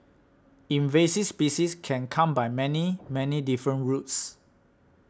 invasive species can come by many many different routes